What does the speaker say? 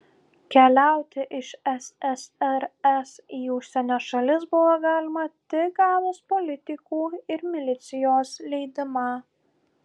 keliauti iš ssrs į užsienio šalis buvo galima tik gavus politikų ir milicijos leidimą